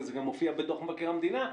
וזה מופיע בדוח מבקר המדינה.